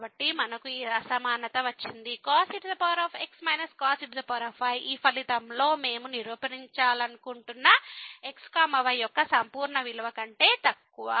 కాబట్టి మనకు ఈ అసమానత వచ్చింది cos ex cos ey ఈ ఫలితంలో మేము నిరూపించాలనుకుంటున్న x y యొక్క సంపూర్ణ విలువ కంటే తక్కువ